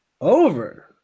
over